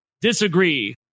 disagree